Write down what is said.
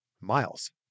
Miles